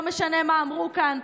לא משנה מה אמרו כאן,